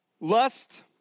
Lust